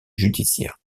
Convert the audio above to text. judiciaire